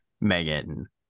Megan